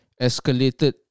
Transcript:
escalated